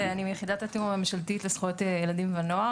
אני מיחידת התיאום הממשלתית לזכויות ילדים ונוער.